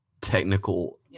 technical